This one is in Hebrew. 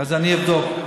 אז אני אבדוק.